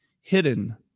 Hidden